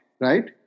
right